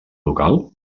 local